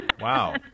Wow